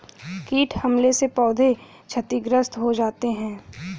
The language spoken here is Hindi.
कीट हमले से पौधे क्षतिग्रस्त हो जाते है